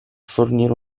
fornire